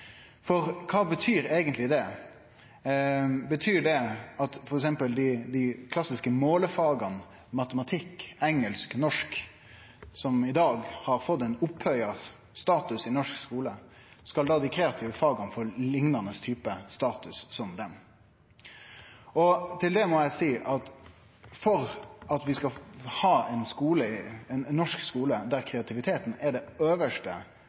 Kva betyr eigentleg det? Betyr det f.eks. at dei kreative faga får liknande type status som dei klassiske målefaga matematikk, engelsk og norsk, som i dag har fått ein opphøgd status i norsk skule? Til det må eg seie at for at vi skal ha ein norsk skule der kreativiteten er det øvste målet for heile skulen, der ein ser kreativitet som ein